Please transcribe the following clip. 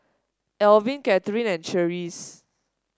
Elvin Catharine and Cherise